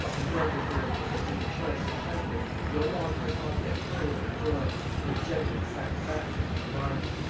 and rendered her anticipated choice of a husband no longer an object of hope and joy, but of general dissatisfaction and alarm.